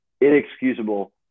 inexcusable